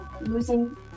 losing